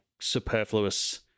superfluous